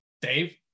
Dave